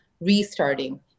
restarting